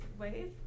wave